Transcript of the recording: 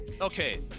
Okay